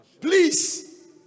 Please